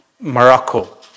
Morocco